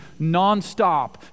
nonstop